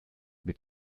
mit